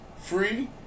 free